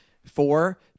Four